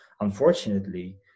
unfortunately